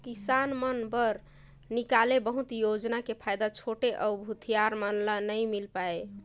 किसान मन बर निकाले बहुत योजना के फायदा छोटे अउ भूथियार मन ल नइ मिल पाये